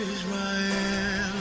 Israel